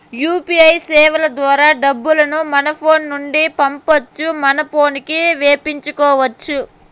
UPI సేవల ద్వారా డబ్బులు మన ఫోను నుండి పంపొచ్చు మన పోనుకి వేపించుకొచ్చు